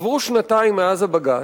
עברו שנתיים מאז הבג"ץ,